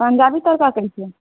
पञ्जाबी तड़का कहै छियै